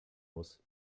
muss